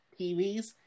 TVs